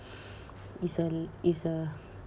it's a it's a